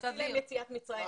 2021,